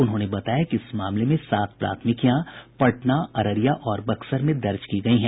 उन्होंने बताया कि इस मामले में सात प्राथमिकियां पटना अररिया और बक्सर में दर्ज की गयी हैं